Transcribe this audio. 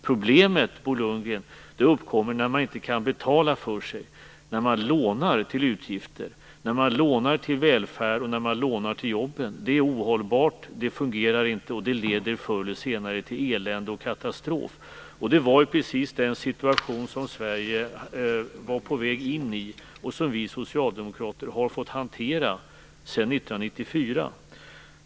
Problemet, Bo Lundgren, uppkommer när man inte kan betala för sig, när man lånar till utgifter, till välfärd och till jobben. Det är ohållbart. Det fungerar inte, och det leder förr eller senare till elände och katastrof. Det var precis den situation som Sverige var på väg in i och som vi socialdemokrater har fått hantera sedan 1994.